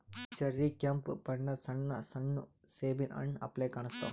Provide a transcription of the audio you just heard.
cherry ಕೆಂಪ್ ಬಣ್ಣದ್ ಸಣ್ಣ ಸಣ್ಣು ಸೇಬಿನ್ ಹಣ್ಣ್ ಅಪ್ಲೆ ಕಾಣಸ್ತಾವ್